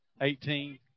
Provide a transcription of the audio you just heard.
eighteen